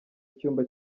icyumba